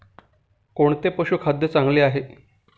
कोणते पशुखाद्य चांगले आहे?